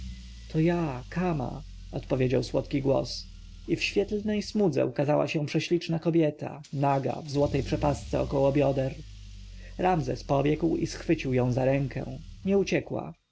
ja kama odpowiedział słodki głos i w świetlnej smudze ukazała się prześliczna kobieta naga w złotej przepasce około bioder ramzes pobiegł i schwycił ją za rękę nie uciekła